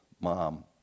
mom